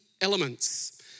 elements